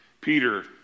Peter